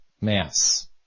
mass